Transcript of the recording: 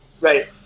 Right